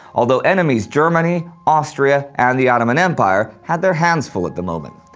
although enemies germany, austria, and the ottoman empire had their hands full at the moment.